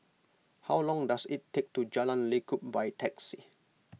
how long does it take to Jalan Lekub by taxi